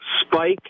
spike